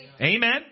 Amen